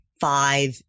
five